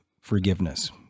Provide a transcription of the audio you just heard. forgiveness